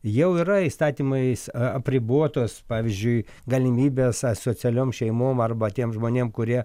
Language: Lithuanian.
jau yra įstatymais apribotos pavyzdžiui galimybės asocialiom šeimom arba tiem žmonėm kurie